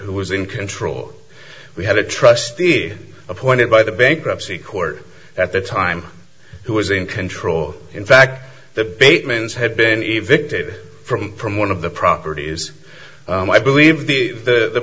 who was in control we had a trustee appointed by the bankruptcy court at the time who was in control in fact the batemans had been even did from from one of the properties i believe the the